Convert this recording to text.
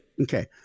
Okay